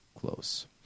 close